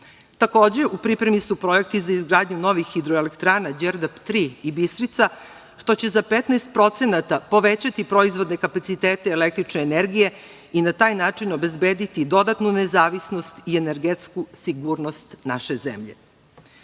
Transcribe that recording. Takođe, u pripremi su projekti za izgradnju novih hidroelektrana Đerdap 3 i Bistrica, što će za 15% povećati proizvodne kapacitete električne energije i na taj način obezbediti dodatnu nezavisnost i energetsku sigurnost naše zemlje. Mi